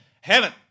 heaven